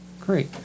Great